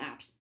apps